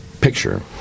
picture